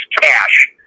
cash